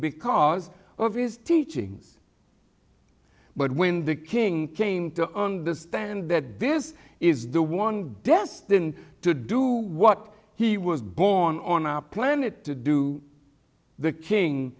because of his teachings but when the king came to understand that this is the one destined to do what he was born on our planet to do the king